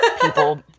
people